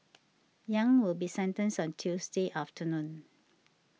Yang will be sentenced on Tuesday afternoon